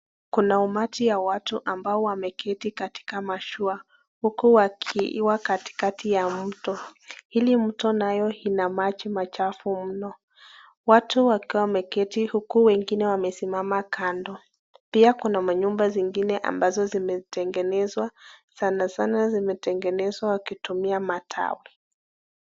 Kuna umati wa watu ambao wameketi katika mashua huku wakiwa katikati ya mto, hili mto nayo ina maji machafu mno, watu wakiwa wameketi huku wengine wamesimama kando, pia kuna manyumba zingine ambazo zimetengenezwa, sanasana zimetengenezwa wakitumia matawi.